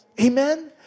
Amen